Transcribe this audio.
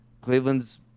Cleveland's